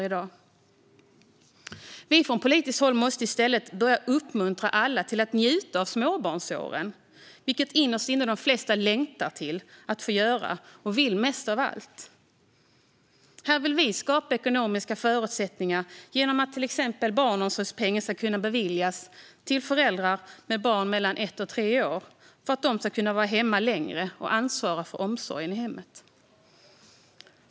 Vi från politiskt håll måste i stället börja uppmuntra alla till att njuta av småbarnsåren, vilket de flesta innerst inne längtar efter att få göra och vill mest av allt. Här vill vi skapa ekonomiska förutsättningar, till exempel genom att barnomsorgspengen ska kunna beviljas till föräldrar med barn mellan ett och tre år för att de ska kunna vara hemma längre och ansvara för omsorgen i hemmet.